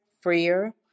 freer